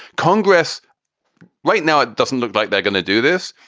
congress right now, it doesn't look like they're going to do this,